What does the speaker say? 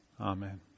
amen